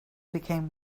became